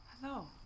Hello